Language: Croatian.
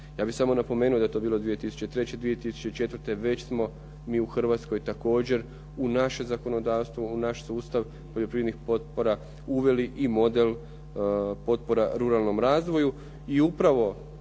Ja bih samo napomeno da je to bilo 2003., 2004. već smo mi u Hrvatskoj također u naše zakonodavstvo u naš sustav poljoprivrednih potpora uveli i model potpora ruralnom razvoju.